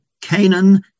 Canaan